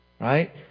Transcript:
Right